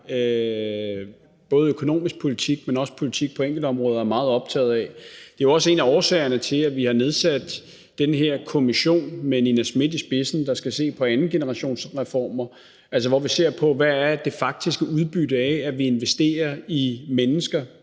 både økonomisk politik, men også politik på enkeltområder, er meget optaget af. Det er jo også en af årsagerne til, at vi har nedsat den her kommission med Nina Smith i spidsen, der skal se på andengenerationsreformer, og som altså skal se på, hvad det faktiske udbytte er af, at vi investerer i mennesker